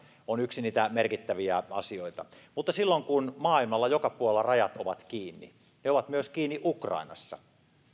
on yksi niitä merkittäviä mutta silloin kun maailmalla joka puolella rajat ovat kiinni ne ovat kiinni myös ukrainassa